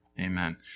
Amen